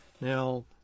Now